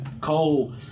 Cole